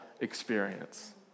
experience